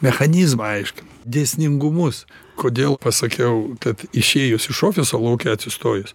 mechanizmą aiškinu dėsningumus kodėl pasakiau kad išėjus iš ofiso lauke atsistojus